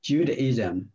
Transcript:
Judaism